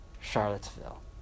Charlottesville